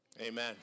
Amen